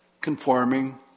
conforming